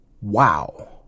Wow